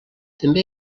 també